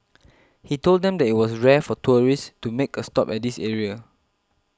he told them that it was rare for tourists to make a stop at this area